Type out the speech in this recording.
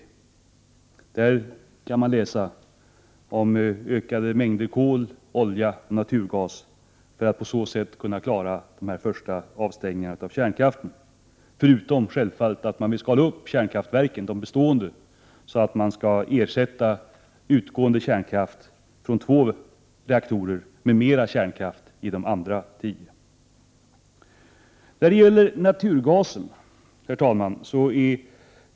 I denna PM kan man läsa om ökade mängder kol, olja och naturgas för att klara de första avstängningarna av kärnkraften, förutom att man vill ”skala upp” de bestående kärnkraftverken för att ersätta kärnkraften från två reaktorer med mera kärnkraft från de andra tio. Herr talman!